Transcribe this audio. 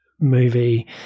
movie